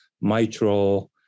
mitral